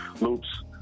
loops